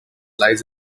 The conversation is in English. lies